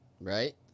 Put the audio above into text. Right